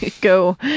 go